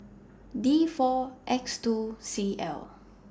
D four X two C L